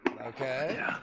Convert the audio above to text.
Okay